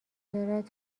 دارد